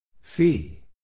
Fee